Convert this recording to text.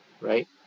right